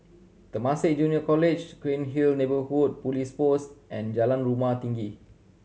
Temasek Junior College Cairnhill Neighbourhood Police Post and Jalan Rumah Tinggi